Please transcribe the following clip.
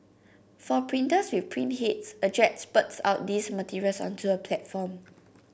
for printers with print heads a jet spurts out these materials onto a platform